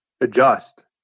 adjust